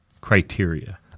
Criteria